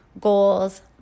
goals